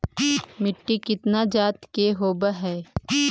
मिट्टी कितना जात के होब हय?